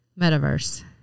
Metaverse